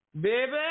Baby